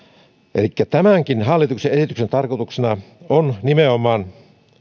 elikkä tämänkin hallituksen esityksen tarkoituksena on nimenomaan